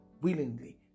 willingly